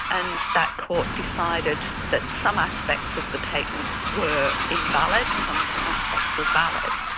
and that court decided that some aspects of the patents were invalid, some aspects were valid.